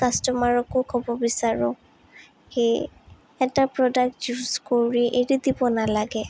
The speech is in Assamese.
কাষ্টমাৰকো ক'ব বিচাৰোঁ কি এটা প্ৰডাক্ট ইউজ কৰি এৰি দিব নালাগে